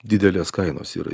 didelės kainos yra